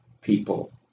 people